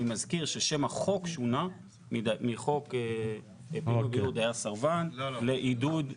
אני מזכיר ששם החוק שונה מחוק "דייר סרבן" ל"עידוד מיזמים".